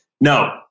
no